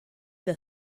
the